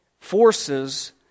forces